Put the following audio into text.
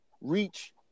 reach